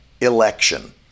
election